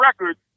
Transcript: records